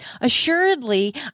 assuredly